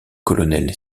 colonel